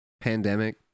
pandemic